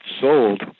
sold